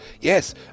Yes